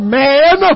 man